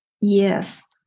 Yes